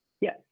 Yes